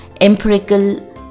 empirical